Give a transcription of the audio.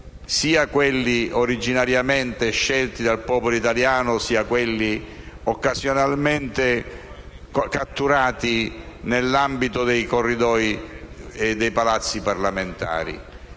sia quelli originariamente scelti dal popolo italiano sia quelli occasionalmente catturati nell'ambito dei corridoi e dei palazzi parlamentari.